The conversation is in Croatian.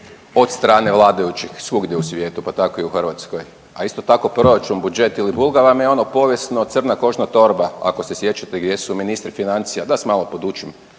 od strane vladajućih svugdje u svijetu, pa tako i u Hrvatskoj, a isto tako proračun, budžet ili .../Govornik se ne razumije./... vam je ono, povijesno crna kožna torba, ako se sjećate gdje su ministri financija, da vas malo podučim,